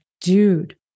dude